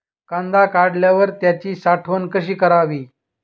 कांदा काढल्यावर त्याची साठवण कशी करावी?